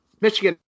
Michigan